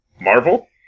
Marvel